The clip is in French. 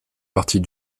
parties